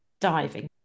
Diving